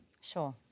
Sure